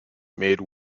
made